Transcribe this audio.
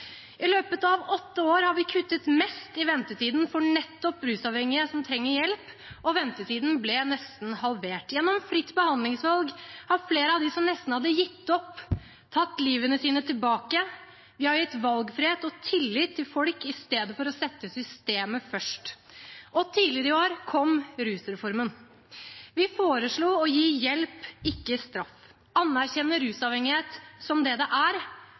I løpet av åtte år har vi kuttet mest i ventetiden for nettopp rusavhengige som trenger hjelp, og ventetiden ble nesten halvert. Gjennom fritt behandlingsvalg har flere av dem som nesten hadde gitt opp, tatt livene sine tilbake. Vi har gitt valgfrihet og tillit til folk i stedet for å sette systemet først. Tidligere i år kom rusreformen. Vi foreslo å gi hjelp, ikke straff, og anerkjenne rusavhengighet som det det er,